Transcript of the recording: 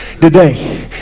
today